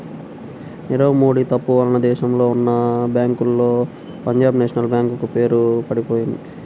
నీరవ్ మోడీ తప్పు వలన దేశంలో ఉన్నా బ్యేంకుల్లో పంజాబ్ నేషనల్ బ్యేంకు పేరు పడిపొయింది